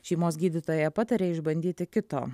šeimos gydytoja patarė išbandyti kito